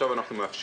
עכשיו אנחנו מאפשרים